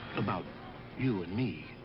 about you and me.